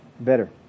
better